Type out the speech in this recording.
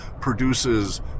produces